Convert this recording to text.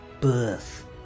birth